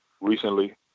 recently